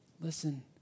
listen